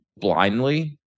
blindly